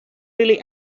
really